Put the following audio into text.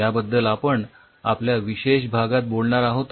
याबद्दल आपण आपल्या विशेष भागात बोलणार आहोत